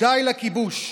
די לכיבוש.